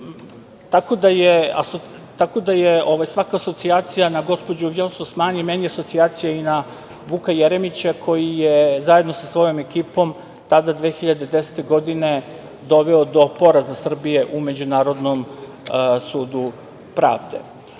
tako da je svaka asocijacija na gospođu Vjosu Osmani meni asocijacija i na Vuka Jeremića, koji je zajedno sa svojom ekipom tada, 2010. godine, doveo do poraza Srbije u Međunarodnom sudu pravde. Mislim